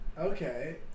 Okay